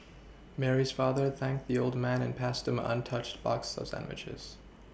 Mary's father thanked the old man and passed him an untouched box of sandwiches